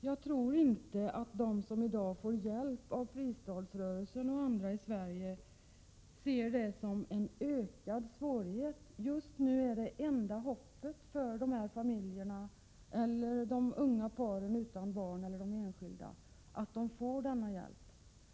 Jag tror inte att de som i dag får hjälp av fristadsrörelsen och andra i Sverige ser det som en ökad svårighet. Just nu är enda hoppet för dessa familjer, för de unga paren utan barn och för de enskilda att de skall få denna hjälp.